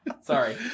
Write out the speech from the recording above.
Sorry